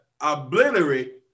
obliterate